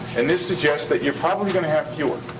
and this suggests that you're probably gonna have fewer,